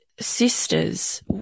sisters